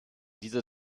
dieser